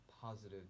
positive